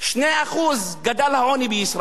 ב-2% גדל העוני בישראל,